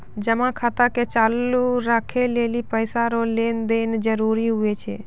जमा खाता के चालू राखै लेली पैसा रो लेन देन जरूरी हुवै छै